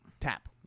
TAP